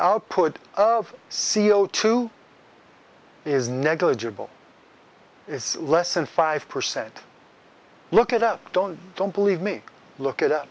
output of c o two is negligible it's less than five percent look at up don't don't believe me look at